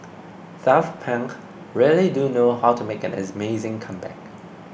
Daft Punk really do know how to make an amazing comeback